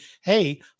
Hey